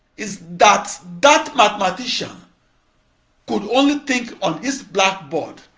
is that that mathematician could only think on his blackboard.